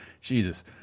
Jesus